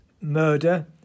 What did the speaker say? murder